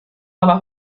aber